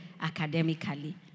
academically